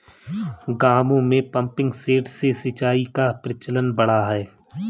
गाँवों में pumping set से सिंचाई का प्रचलन बढ़ा है